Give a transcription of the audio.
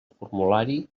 formulari